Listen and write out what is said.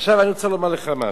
עכשיו אני רוצה לומר לך משהו,